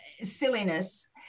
silliness